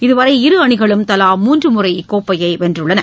இதுவரை இரு அணிகளும் தலா மூன்று முறை இக்கோப்பையை வென்றுள்ளன